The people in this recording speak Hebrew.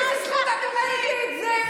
באיזו זכות את אומרת לי את זה?